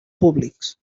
públics